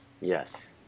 Yes